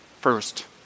first